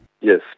Yes